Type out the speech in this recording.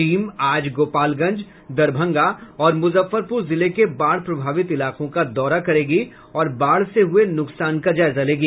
team आज गोपालगंज दरभंगा और मुजफ्फरपुर जिले के बाढ़ प्रभावित इलाकों का दौरा करेगी और बाढ़ से हुए नुकसान का जायजा लेगी